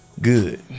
Good